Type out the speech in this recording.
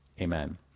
Amen